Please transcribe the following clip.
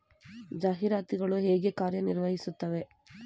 ಜಾಹೀರಾತುಗಳು ಹೇಗೆ ಕಾರ್ಯ ನಿರ್ವಹಿಸುತ್ತವೆ?